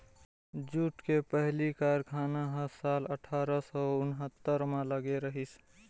jute के पहिली कारखाना ह साल अठारा सौ उन्हत्तर म लगे रहिस